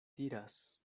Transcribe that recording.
tiras